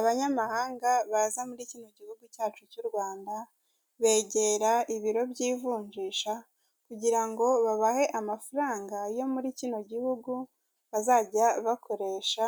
Abanyamahanga baza muri kino gihugu cyacu cy'u Rwanda, begera ibiro by'ivunjisha kugira ngo babahe amafaranga yo muri kino gihugu bazajya bakoresha